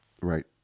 Right